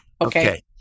Okay